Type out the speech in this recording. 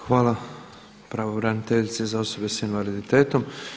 Hvala pravobraniteljici za osobe sa invaliditetom.